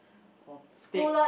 or bake